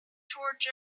torch